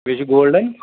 بیٚیہِ چھُ گولڈن